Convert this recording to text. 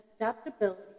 adaptability